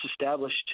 established